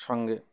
সঙ্গে